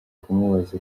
kumubaza